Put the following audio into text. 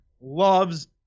loves